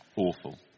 awful